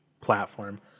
platform